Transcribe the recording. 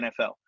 NFL